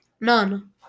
None